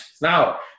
now